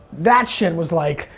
that shit was like.